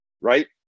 right